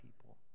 people